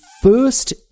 First